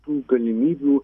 tų galimybių